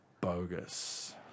bogus